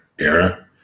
era